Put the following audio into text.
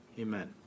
Amen